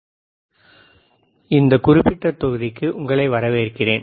பரிசோதனை ஆய்வக உபகரணங்களுடன் பணிபுரிதல் பவர் சப்ளை இந்த குறிப்பிட்ட தொகுதிக்கு உங்களை வரவேற்கிறேன்